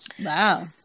Wow